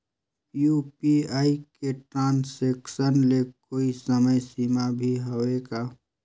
UPI के transaction ले कोई समय सीमा भी हवे का?